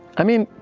i mean.